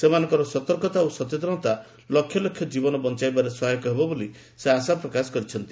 ସେମାନଙ୍କର ସତର୍କତା ଓ ସଚେତନତା ଲକ୍ଷ ଲକ୍ଷ ଜୀବନ ବଞ୍ଚାଇବାରେ ସହାୟକ ହେବ ବୋଲି ସେ ଆଶା ପ୍ରକାଶ କରିଛନ୍ତି